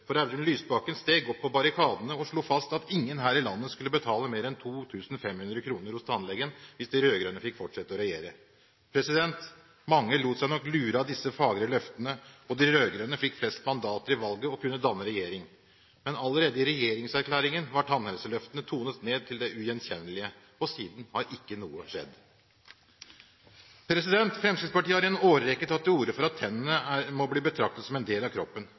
for døren, for Audun Lysbakken steg opp på barrikadene og slo fast at ingen her i landet skulle betale mer enn 2 500 kr hos tannlegen hvis de rød-grønne fikk fortsette å regjere. Mange lot seg nok lure av disse fagre løftene, og de rød-grønne fikk flest mandater i valget og kunne danne regjering. Men allerede i regjeringserklæringen var tannhelseløftene tonet ned til det ugjenkjennelige, og siden har ikke noe skjedd. Fremskrittspartiet har i en årrekke tatt til orde for at tennene må bli betraktet som en del av kroppen.